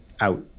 out